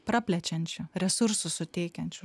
praplečiančiu resursų suteikiančių